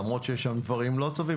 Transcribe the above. למרות שיש שם דברים לא טובים,